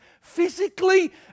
physically